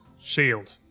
Shield